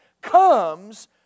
comes